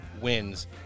wins